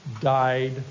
died